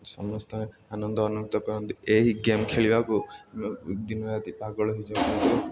ସମସ୍ତେ ଆନନ୍ଦ ଅନୁଭୂତ କରନ୍ତି ଏହି ଗେମ୍ ଖେଳିବାକୁ ଦିନରାତି ପାଗଳ ହେଇଯାଉଛନ୍ତି